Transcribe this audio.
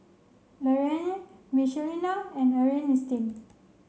Laraine Michelina and Earnestine